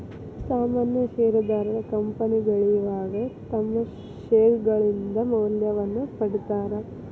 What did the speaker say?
ಸಾಮಾನ್ಯ ಷೇರದಾರ ಕಂಪನಿ ಬೆಳಿವಾಗ ತಮ್ಮ್ ಷೇರ್ಗಳಿಂದ ಮೌಲ್ಯವನ್ನ ಪಡೇತಾರ